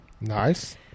Nice